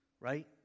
right